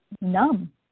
numb